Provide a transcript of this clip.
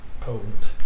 potent